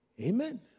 Amen